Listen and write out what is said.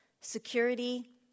security